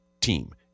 team